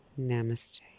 Namaste